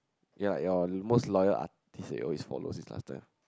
ya your most loyal artist that you always follows is